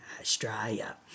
Australia